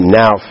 now